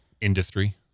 industry